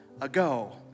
ago